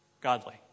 Godly